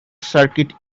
circuit